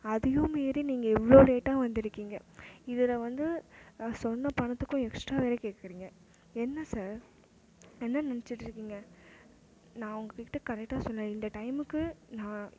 அதையும் மீறி நீங்கள் இவ்வளோ லேட்டாக வந்திருக்கீங்க இதில் வந்து சொன்ன பணத்துக்கும் எக்ஸ்ட்ரா வேறே கேட்குறீங்க என்ன சார் என்ன நினைச்சிட்டு இருக்கீங்க நான் உங்கக்கிட்ட கரெக்டாக சொன்னேன் இந்த டைமுக்கு நான்